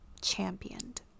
championed